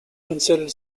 considered